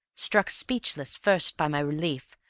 struck speechless first by my relief,